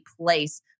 place